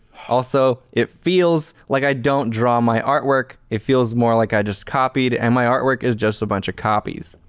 also it feels like i don't draw my artwork, it feels more like i just copied and my artwork is just a bunch of copies.